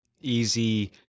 easy